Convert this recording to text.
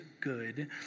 good